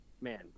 Man